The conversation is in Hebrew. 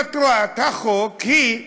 מטרת החוק היא לאסור,